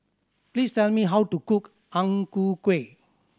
please tell me how to cook Ang Ku Kueh